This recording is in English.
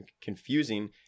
confusing